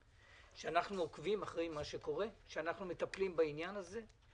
כאשר אנחנו עוקבים אחרי מה שקורה ואנחנו מטפלים בעניין הזה.